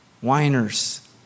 whiners